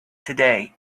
today